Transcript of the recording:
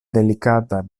delikata